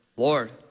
Lord